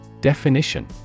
Definition